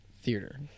theater